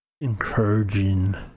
encouraging